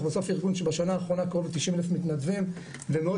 אנחנו בסוף ארגון שבשנה האחרונה קרוב ל־90,000 מתנדבים ומאות